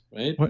right?